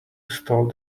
stole